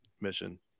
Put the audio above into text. mission